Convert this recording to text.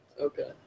Okay